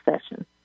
session